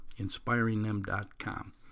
inspiringthem.com